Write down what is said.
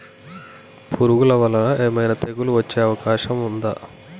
పురుగుల వల్ల ఏమైనా తెగులు వచ్చే అవకాశం ఉందా?